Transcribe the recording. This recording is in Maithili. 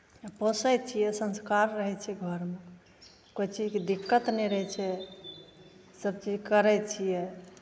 पोसै छियै संस्कार रहै छै घरमे कोइ चीजके दिक्कत नहि रहै छै सभचीज करै छियै